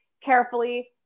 carefully